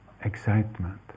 excitement